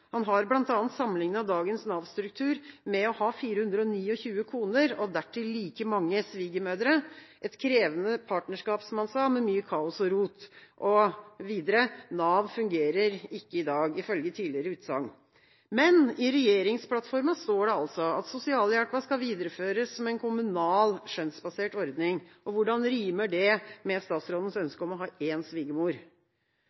Han har bl.a. sammenlignet dagens Nav-struktur med å ha 429 koner og dertil like mange svigermødre – et krevende partnerskap, som han sa, med mye kaos og rot. Ifølge hans tidligere utsagn fungerer heller ikke Nav i dag. Men i regjeringsplattforma står det altså at sosialhjelpen skal videreføres som en kommunal, skjønnsbasert ordning. Hvordan rimer det med statsrådens